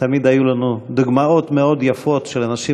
תמיד היו לנו דוגמאות מאוד יפות של אנשים,